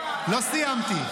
סיימתי.